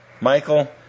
Michael